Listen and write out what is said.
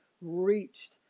reached